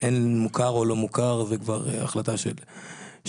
מוכר או לא מוכר זאת כבר החלטה של האדם.